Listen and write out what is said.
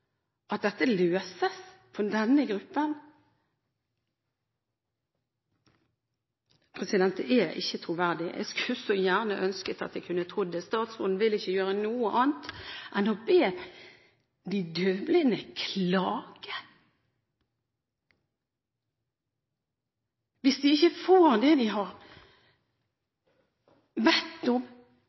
at dette løses for denne gruppen. Det er ikke troverdig. Jeg skulle så gjerne ønsket at jeg kunne trodd det. Statsråden vil ikke gjøre noe annet enn å be de døvblinde klage hvis de ikke får det de har bedt om.